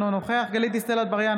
אינו נוכח גלית דיסטל אטבריאן,